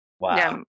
wow